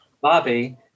Bobby